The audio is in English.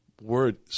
word